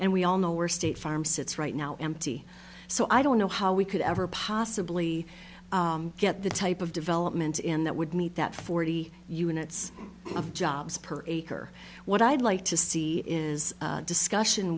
and we all know where state farm sits right now empty so i don't know how we could ever possibly get the type of development in that would meet that forty units of jobs per acre what i'd like to see is discussion